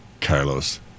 Carlos